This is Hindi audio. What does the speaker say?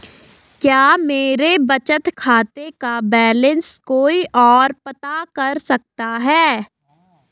क्या मेरे बचत खाते का बैलेंस कोई ओर पता कर सकता है?